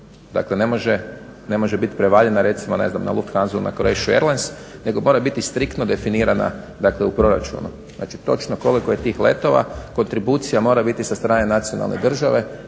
dakle ne može biti prevaljena recimo na Lufthansu ili Croatia Airlines nego mora biti striktno definirana dakle u proračunu. Znači točno koliko je tih letova kontribucija mora biti sa strane nacionalne države,